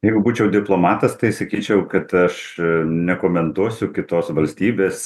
jeigu būčiau diplomatas tai sakyčiau kad aš nekomentuosiu kitos valstybės